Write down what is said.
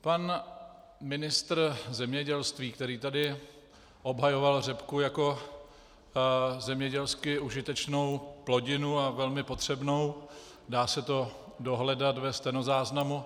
Pan ministr zemědělství, který tady obhajoval řepku jako zemědělsky užitečnou plodinu a velmi potřebnou, dá se to dohledat ve stenozáznamu,